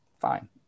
fine